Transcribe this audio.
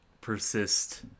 persist